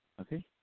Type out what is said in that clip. Okay